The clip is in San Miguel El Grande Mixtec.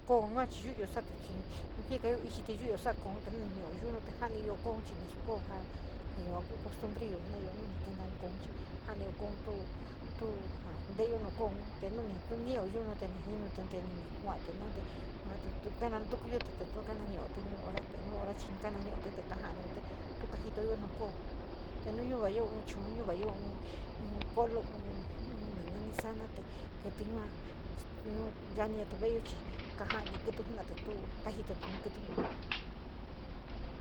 Koo yua chi youyo saati chií jikayó ichi yuyo sa´a kououn nuuio yunuté janiou kouun chií nasou kouu teu joun louu souintobeyo, kouayouu kemá nin kouun domou kouu teu te souintouuu. Kou no tuo iniyounu kuu fintout kouti kée tuo teu kouanou, jou toyout, nouu nii kananou te nou hou, teu nou hou chií kana nio kajoulotí, te kouiyoua na kouu nou kouayo iichuou nouaayo pi kou, nu nouaa souou kée yuu nou chani yata veeyo chi kaiani kítí jenatí tu kajitutí kítíun.